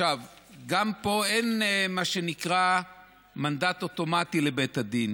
גם פה אין מה שנקרא מנדט אוטומטי לבית הדין.